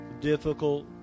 difficult